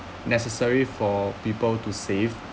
necessary for people to save